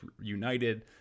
united